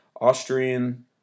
Austrian